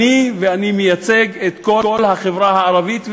ואני מייצג את כל החברה הערבית,